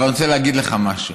אבל אני רוצה להגיד לך משהו.